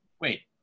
wait